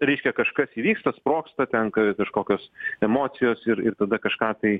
reiškia kažkas įvyksta sprogsta ten kažkokios emocijos ir ir tada kažką tai